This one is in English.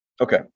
Okay